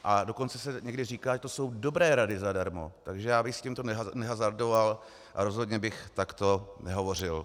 A dokonce se někdy říká, že to jsou dobré rady zadarmo, takže já bych s tímto nehazardoval a rozhodně bych takto nehovořil.